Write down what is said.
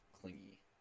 clingy